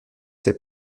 ses